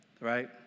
right